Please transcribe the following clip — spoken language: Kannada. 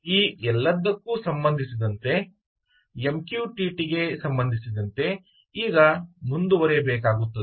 ಈ ಎಲ್ಲದಕ್ಕೂ ಸಂಬಂಧಿಸಿದಂತೆ MQTT ಗೆ ಸಂಬಂಧಿಸಿದಂತೆ ಈಗ ಮುಂದುವರಿಯಬೇಕಾಗಿರುತ್ತದೆ